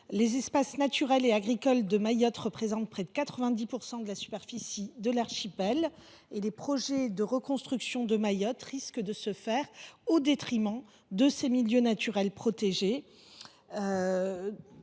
Les espaces naturels et agricoles de Mayotte représentent près de 90 % de la superficie de l’archipel. Or les projets de reconstruction risquent d’y être menés au détriment des milieux naturels protégés.